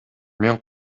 мен